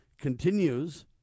continues